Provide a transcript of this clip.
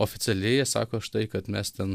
oficialiai jie sako štai kad mes ten